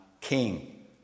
king